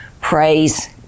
Praise